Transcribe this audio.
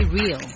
real